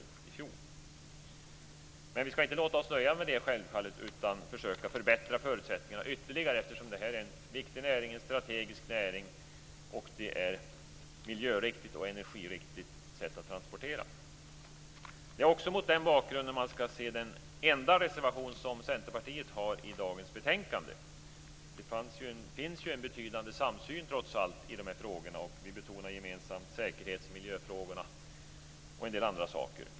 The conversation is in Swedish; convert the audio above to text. Vi skall självfallet inte låta oss nöja med det, utan försöka förbättra förutsättningarna ytterligare, eftersom det här är en viktig och strategisk näring och det är ett miljöriktigt och energiriktigt sätt att transportera. Det är också mot den bakgrunden man skall se den enda reservation som Centerpartiet har till dagens betänkande. Det finns trots allt en betydande samsyn i de här frågorna, och vi betonar gemensamt säkerhetsoch miljöfrågorna och en del andra saker.